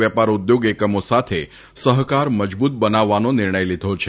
વેપાર ઉદ્વોગ એકમો સાથે સહકાર મજબુત બનાવવાનો નિર્ણય લીધો છે